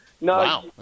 no